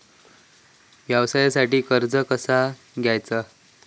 व्यवसायासाठी कर्ज कसा घ्यायचा?